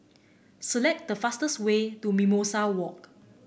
select the fastest way to Mimosa Walk